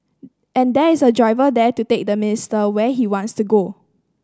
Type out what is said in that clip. and there is a driver there to take the minister where he wants to go